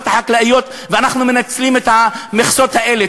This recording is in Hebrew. החקלאיות ואנחנו מנצלים את המכסות האלה.